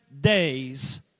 days